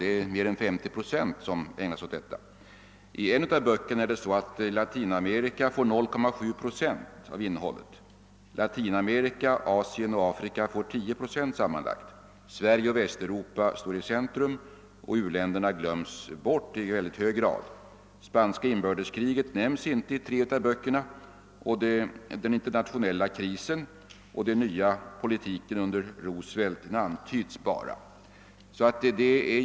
Mer än 50 procent ägnas åt dem. I en av böckerna får Latinamerika 0,7 procent av innehållet, Latinamerika, Asien och Afrika får sammanlagt 10 procent. Sverige och Västeuropa står i centrum, och u-länderna glöms bort i hög grad. Det spanska inbördeskriget nämns inte i tre av böckerna. Den internationella krisen och den nya politiken under Roosevelt antyds bara.